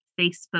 Facebook